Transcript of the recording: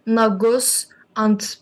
nagus ant